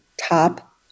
top